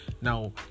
now